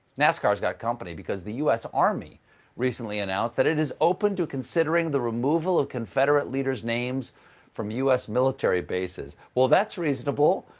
nascar's got company, because the u s. army recently announced that it is open to considering the removal of confederate leaders' names from u s. military bases. that's reasonable,